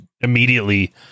immediately